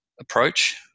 approach